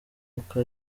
uko